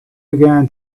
began